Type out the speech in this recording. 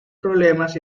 problemas